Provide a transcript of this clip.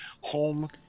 home